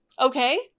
Okay